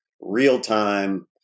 real-time